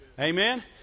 Amen